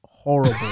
horrible